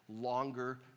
longer